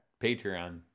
Patreon